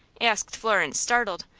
asked florence, startled,